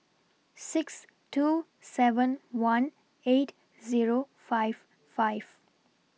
six two seven one eight Zero five five